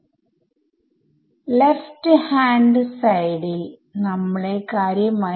അടുത്ത അവസാനത്തെ ടെർമ് എളുപ്പമാണ് ടൈം ഇണ്ടെക്സ്nആണ് സ്പേസ് ഇണ്ടെക്സ് ആണ്